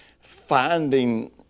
finding